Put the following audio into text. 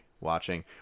watching